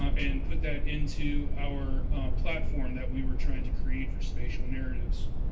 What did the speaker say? and put that into our platform that we were trying to create for spatial narratives.